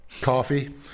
coffee